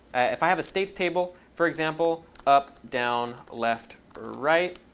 if i have a states table, for example, up, down, left, right,